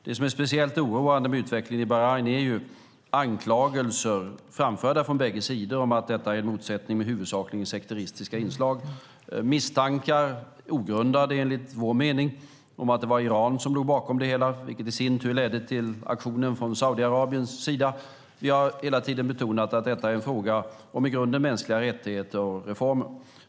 Det som är speciellt oroande med utvecklingen i Bahrain är anklagelser framförda från bägge sidor om att detta är en motsättning med huvudsakligen sekteristiska inslag. Det fanns misstankar, ogrundade enligt vår mening, om att det var Iran som låg bakom det hela, vilket i sin tur ledde till aktionen från Saudiarabiens sida. Vi har hela tiden betonat att detta är en fråga om i grunden mänskliga rättigheter och reformer.